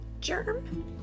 germ